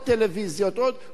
הוא בא על מקומו,